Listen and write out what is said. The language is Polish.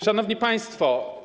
Szanowni Państwo!